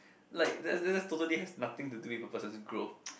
like that that that's totally nothing to do with a person's growth